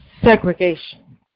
segregation